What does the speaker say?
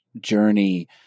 journey